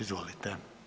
Izvolite.